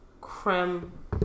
creme